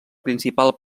principal